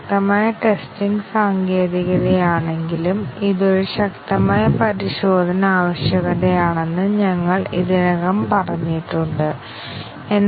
അതിനാൽ branch testing ഏറ്റവും ലളിതമായ തന്ത്രമാണ് അവസ്ഥ തന്ത്രമാണ് അടിസ്ഥാന വ്യവസ്ഥ ശാഖാ പരിശോധനയേക്കാൾ ശക്തമായ തന്ത്രമാണ് അത് കാണിക്കാൻ വളരെ എളുപ്പമായിരിക്കും